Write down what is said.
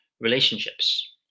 relationships